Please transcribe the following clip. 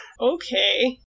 Okay